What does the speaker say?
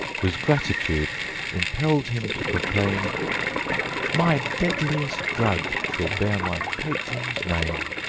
whose gratitude impelled him to proclaim my deadliest drug shall bear my patron's name!